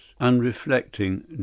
unreflecting